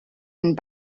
and